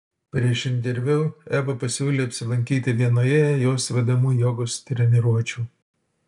prieš interviu eva pasiūlė apsilankyti vienoje jos vedamų jogos treniruočių